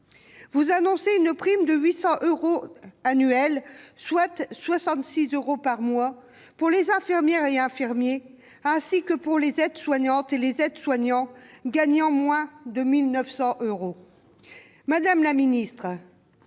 Vous annoncez une prime de 800 euros annuels, soit 66 euros par mois, pour les infirmières et infirmiers, ainsi que pour les aides-soignantes et les aides-soignants gagnant moins de 1 900 euros. Madame la ministre,